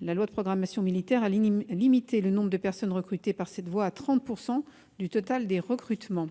La loi de programmation militaire a limité le nombre de personnes recrutées par cette voie à 30 % du total des recrutements.